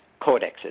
codexes